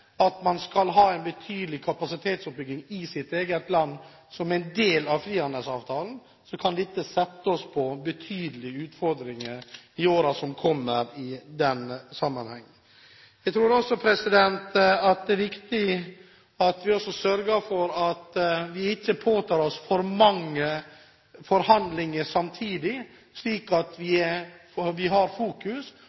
at man skal ha en betydelig kapasitetsoppbygging i sitt eget land som en del av frihandelsavtalen, kan det i den sammenheng gi oss betydelige utfordringer i årene som kommer. Jeg tror også at det er viktig at vi sørger for at vi ikke påtar oss for mange forhandlinger samtidig, men har fokus på og er resultatorientert gjennom det vi